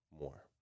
more